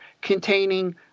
containing